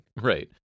right